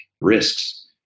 risks